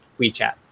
WeChat